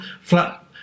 flat